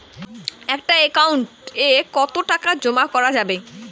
একটা একাউন্ট এ কতো টাকা জমা করা যাবে?